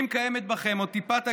אם קיימת בכם עוד טיפת הגינות,